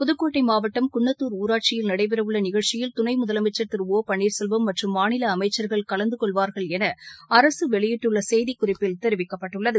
புதக்கோட்ட மாவட்டம் குள்ளத்தூர் ஊராட்சியில் நடைபெறவுள்ள நிகழ்ச்சியில் துணை முதலமைச்சர் திரு ஓ பன்னீர்செல்வம் மற்றும் மாநில அமைச்சர்கள் கலந்து கொள்வார்கள் என அரசு இன்று வெளியிட்டுள்ள செய்திக் குறிப்பில் தெரிவிக்கப்பட்டுள்ளது